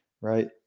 right